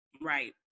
right